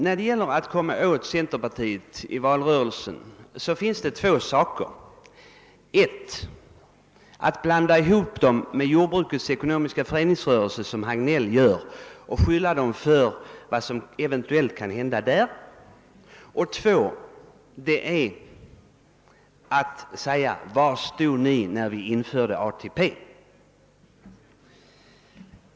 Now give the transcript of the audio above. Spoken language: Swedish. När det gäller att komma åt centerpartiet i valrörelsen kan man tydligen göra två saker. Den ena är att blanda ihop centerpartiet med jordbrukets ekonomiska föreningsrörelse — det gör herr Hagnell — och beskylla centerpartiet för vad som eventuellt kan hända inom denna föreningsrörelse. Den andra är att man frågar: Var stod ni när vi införde ATP?